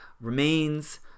Remains